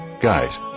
Guys